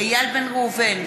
איל בן ראובן,